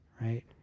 right